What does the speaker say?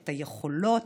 את היכולות,